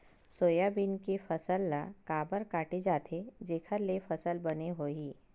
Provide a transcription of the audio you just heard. Soybean के फसल ल काबर काटे जाथे जेखर ले फसल बने होही?